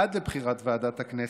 עד לבחירת ועדת הכנסת,